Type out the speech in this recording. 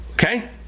Okay